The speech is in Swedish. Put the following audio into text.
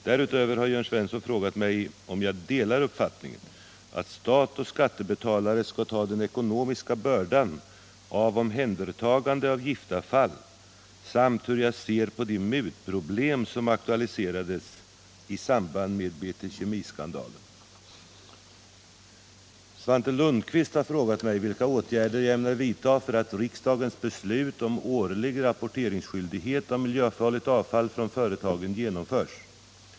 Därutöver har Jörn Svensson frågat mig om jag delar uppfattningen att stat och skattebetalare skall ta den ekonomiska bördan av omhändertagande av giftavfall samt hur jag ser på de mutproblem som aktualiserats i samband med BT Kemi-skandalen. Svante Lundkvist har frågat mig vilka åtgärder jag ämnar vidta för att riksdagens beslut om årlig rapporteringsskyldighet av miljöfarligt avfall från företagen genomförs.